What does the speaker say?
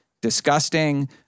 disgusting